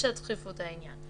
בשל דחיפות העניין,